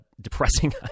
depressing